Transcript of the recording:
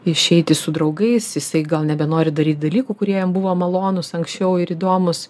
išeiti su draugais jisai gal nebenori daryt dalykų kurie jam buvo malonūs anksčiau ir įdomūs